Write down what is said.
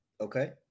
Okay